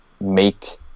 make